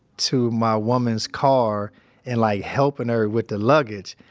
to my woman's car and like helping her with the luggage.